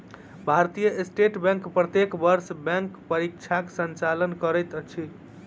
भारतीय state bank प्रत्येक वर्ष बैंक परीक्षाक संचालन करैत अछि